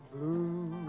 Blue